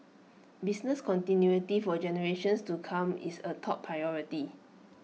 business continuity for generations to come is A top priority